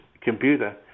computer